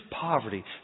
poverty